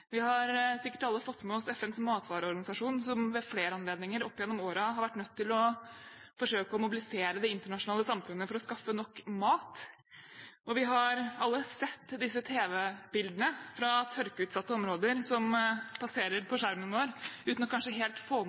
Vi har sikkert alle fått med oss at FNs matvareorganisasjon ved flere anledninger opp gjennom årene har vært nødt til å forsøke å mobilisere det internasjonale samfunnet for å skaffe nok mat. Vi har alle sett disse tv-bildene fra tørkeutsatte områder passere skjermen vår uten kanskje helt å få med oss hvilket land det var snakk om